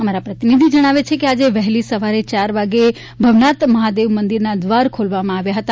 અમારા પ્રતિનિધિ જણાવે છે કે આજે વહેલી સવારે ચાર વાગે ભવનાથ મહાદેવ મંદિરના દ્વાર ખોલવામાં આવ્યા હતા